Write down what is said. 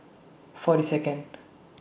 forty Second